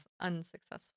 Unsuccessful